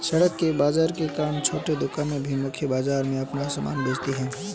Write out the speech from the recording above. सड़क के बाजार के कारण छोटे दुकानदार भी मुख्य बाजार में अपना सामान बेचता है